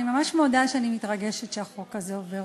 אני ממש מודה שאני מתרגשת שהחוק הזה עובר,